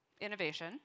innovation